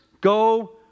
go